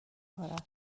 کار